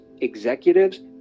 executives